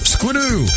Squidoo